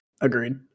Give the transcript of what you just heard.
Agreed